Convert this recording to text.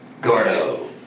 Gordo